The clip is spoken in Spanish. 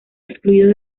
excluidos